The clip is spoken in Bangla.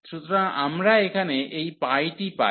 সুতরাং আমরা এখানে এই টি পাই